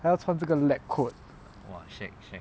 还要穿这个 laboratory coat